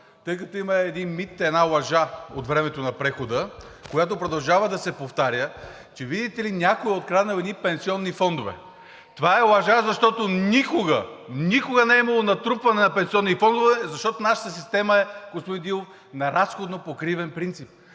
тъй като има един мит, една лъжа от времето на прехода, която продължава да се повтаря, че, видите ли, някой е откраднал едни пенсионни фондове. Това е лъжа, защото никога, никога не е имало натрупване на пенсионни фондове, защото нашата система, господин Дилов, е на разходопокривен принцип.